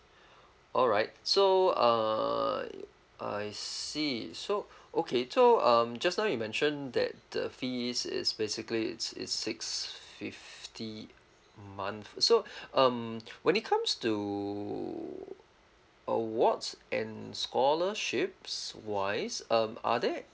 alright so uh I see so okay so um just now you mention that the fees is basically it's it's six fifty a month so um when it comes to awards and scholarships wise um are there